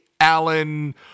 Allen